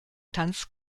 tanz